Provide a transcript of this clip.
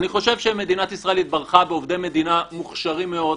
אני חושב שמדינת ישראל התברכה בעובדי מדינה מוכשרים מאוד,